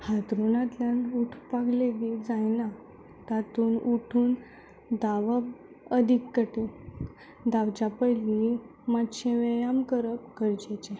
हातरुणांतल्यान उठपाक लेगीत जायना तातूंत उठून धांवप अदीक कठीण धांवच्या पयलीं मात्शें व्यायाम करप गरजेचें